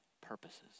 purposes